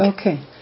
Okay